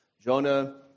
Jonah